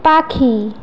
পাখি